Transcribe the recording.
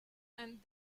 and